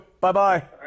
Bye-bye